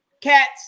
cats